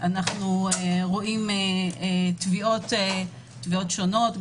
אנחנו רואים תביעות שונות,